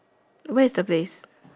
where is the place